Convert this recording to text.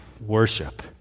worship